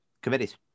Committees